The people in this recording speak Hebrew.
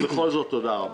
בכל זאת, תודה רבה.